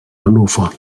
hannover